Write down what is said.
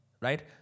Right